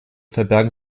verbergen